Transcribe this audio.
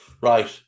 Right